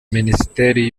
minisiteri